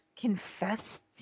Confessed